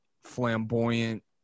flamboyant